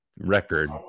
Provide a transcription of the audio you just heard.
record